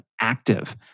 active